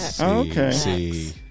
okay